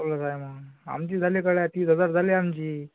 माहोलच आहे मग आमचेही झाले गड्या तीस हजार झाले आमचेही